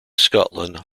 scotland